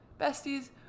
Besties